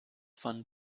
von